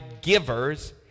givers